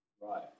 Right